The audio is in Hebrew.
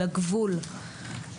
לגבול של חופש הביטוי.